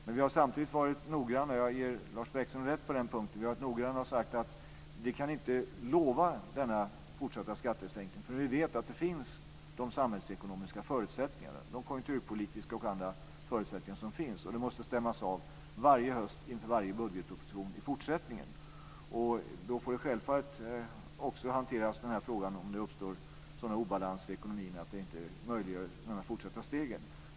Men vi har samtidigt varit noggranna med att säga, och jag ger Lars Bäckström rätt på den punkten, att vi inte kan lova denna fortsatta skattesänkning förrän vi vet att de samhällsekonomiska förutsättningarna, konjunkturpolitiska och andra, finns. Det måste stämmas av varje höst inför varje budgetproposition i fortsättningen. Då får självfallet också den här frågan hanteras om huruvida det uppstår sådana obalanser i ekonomin att det inte är möjligt med de fortsatta stegen.